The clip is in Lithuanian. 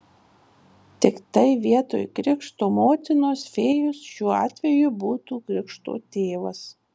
tiktai vietoj krikšto motinos fėjos šiuo atveju būtų krikšto tėvas